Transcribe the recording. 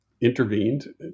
intervened